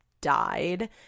died